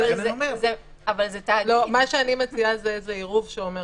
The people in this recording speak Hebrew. אני מציעה עירוב שאומר